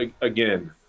again